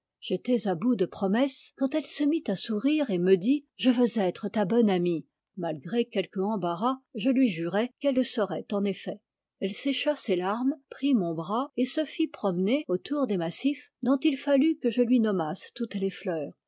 j'étais à bout de promesses quand elle se mit à sourire et me dit je veux être ta bonne amie malgré quelque embarras je lui jurai qu'elle le serait en effet elle sécha ses larmes prit mon bras et se fit promener autour des massifs dont il fallut que je lui nommasse toutes les fleurs